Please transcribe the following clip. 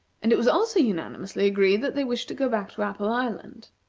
and it was also unanimously agreed that they wished to go back to apple island.